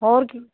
ਹੋਰ ਕੀ